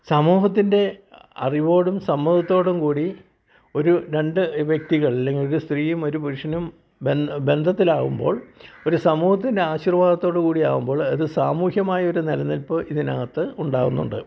സമൂഹത്തിൻ്റെ അറിവോടും സമ്മതത്തോടും കൂടി ഒരു രണ്ട് വ്യക്തികൾ ഇല്ലെങ്കിൽ ഒരു സ്ത്രീയും പുരുഷനും ബന്ധത്തിലാവുമ്പോൾ ഒരു സമൂഹത്തിൻ്റെ അശിർവാതത്തോടു കൂടിയാവുമ്പോൾ അത് സമുഹികമായ നിലനിൽപ് ഇതിനകത്ത് ഉണ്ടാവുന്നുണ്ട്